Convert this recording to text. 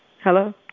Hello